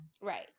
Right